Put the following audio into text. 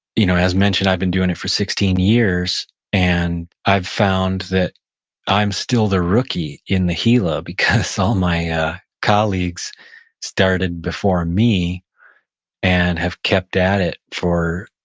you know as mentioned, i've been doing it for sixteen years, and i've found that i'm still the rookie in the gila because all my colleagues started before me and have kept at it for,